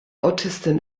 autistin